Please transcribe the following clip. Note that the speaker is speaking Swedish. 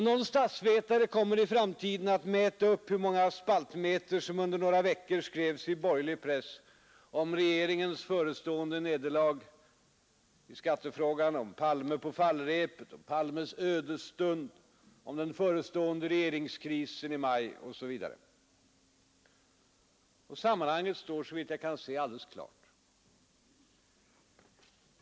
Någon statsvetare kommer väl i framtiden att mäta upp hur många spaltmeter som under några veckor skrivits i borgerlig press om regeringens förestående nederlag i skattefrågan, Palme på fallrepet, Palmes ödesstund, den förestående regeringskrisen i maj osv. Sammanhanget är, såvitt jag kan se, alldeles klart.